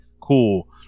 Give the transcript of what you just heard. cool